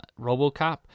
RoboCop